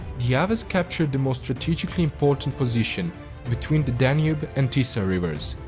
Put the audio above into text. the avars captured the most strategically important positions between the danube and tisza rivers.